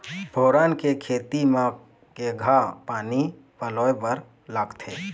फोरन के खेती म केघा पानी पलोए बर लागथे?